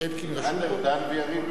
אלקין רשום פה?